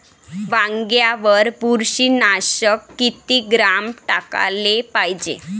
वांग्यावर बुरशी नाशक किती ग्राम टाकाले पायजे?